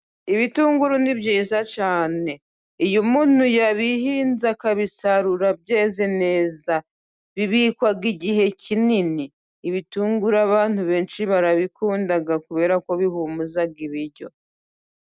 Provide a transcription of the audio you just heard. Ibitunguru ni byiza cyane. Iyo umuntu yabihinze akabisarura byeze neza， bibikwa igihe kinini. Ibitunguru abantu benshi barabikunda，kubera ko bihumuza ibiryo.